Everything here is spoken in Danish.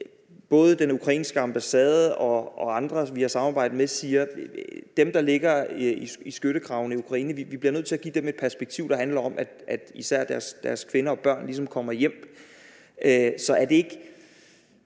både den ukrainske ambassade og andre, vi har samarbejde med, siger, at vi bliver nødt til at give dem, der ligger i skyttegravene i Ukraine, et perspektiv, der handler om, at især deres kvinder og børn ligesom kommer hjem. Så er det ikke